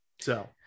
So-